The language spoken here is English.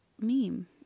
meme